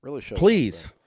Please